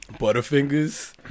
Butterfingers